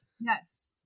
yes